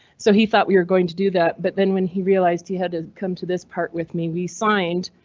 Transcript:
so he thought we were going to do that, but then when he realized he had to come to this part with me, we signed.